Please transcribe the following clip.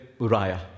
Uriah